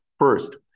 First